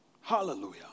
Hallelujah